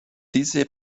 diese